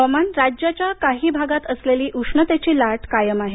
हवामान राज्याच्या काही भागात असलेली उष्णतेची लाट कायम आहे